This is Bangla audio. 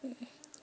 এই